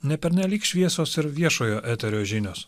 nepernelyg šviesios ir viešojo eterio žinios